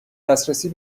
دسترسی